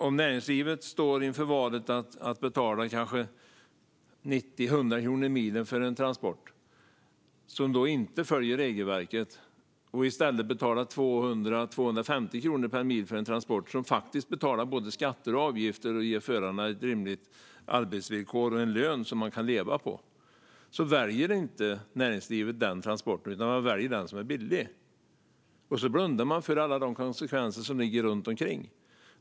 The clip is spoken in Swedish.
Om näringslivet står inför valet att betala kanske 90-100 kronor milen för en transport som inte följer regelverket eller att betala 200-250 kronor milen för en transport där åkeriet faktiskt betalar både skatter och avgifter samt ger förarna rimliga arbetsvillkor och en lön de kan leva på väljer näringslivet inte den dyrare transporten. Man väljer den som är billig och blundar för alla konsekvenser runt omkring.